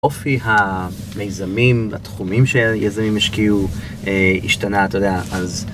אופי המיזמים, התחומים שהיזמים השקיעו, השתנה, אתה יודע, אז...